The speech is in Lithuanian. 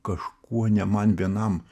kažkuo ne man vienam